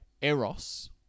eros